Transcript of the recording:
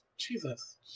Jesus